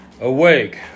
Awake